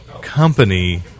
company